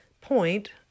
point